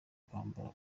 kwambara